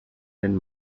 den